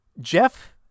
Jeff